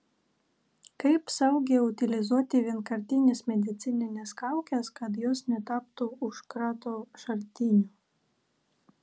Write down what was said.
kaip saugiai utilizuoti vienkartines medicinines kaukes kad jos netaptų užkrato šaltiniu